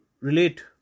relate